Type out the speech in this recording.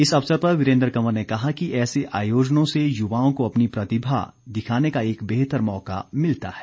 इस अवसर पर वीरेन्द्र कंवर ने कहा कि ऐसे आयोजनों से युवाओं को अपनी प्रतिभा दिखाने का एक बेहतर मौका मिलता है